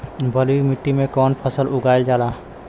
बलुई मिट्टी में कवन फसल उगावल जाला?